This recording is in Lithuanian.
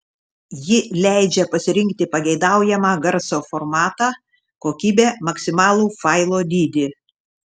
ji leidžia pasirinkti pageidaujamą garso formatą kokybę maksimalų failo dydį